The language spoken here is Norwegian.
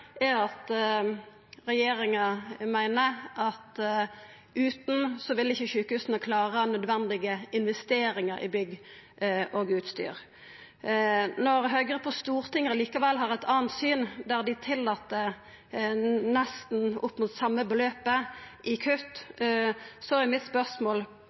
er at regjeringa meiner at utan vil ikkje sjukehusa klara nødvendige investeringar i bygg og utstyr. Når Høgre på Stortinget likevel har eit anna syn, der dei tillèt nesten opp mot same beløpet i kutt, er spørsmålet mitt: